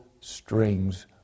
strings